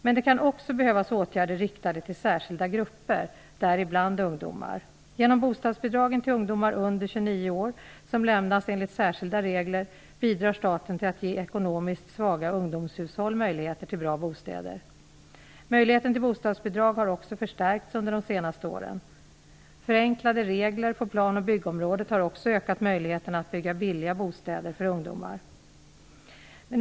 Men det kan också behövas åtgärder riktade till särskilda grupper, däribland ungdomar. Genom bostadsbidragen till ungdomar under 29 år, som lämnas enligt särskilda regler, bidrar staten till att ge ekonomiskt svaga undomshushåll möjligheter till bra bostäder. Möjligheten till bostadsbidrag har också förstärkts under de senaste åren. Förenklade regler på planoch byggområdet har också ökat möjligheterna att bygga billiga bostäder för ungdomar.